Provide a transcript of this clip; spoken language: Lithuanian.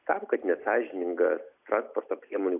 tam kad nesąžiningas transporto priemonių